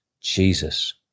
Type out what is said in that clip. Jesus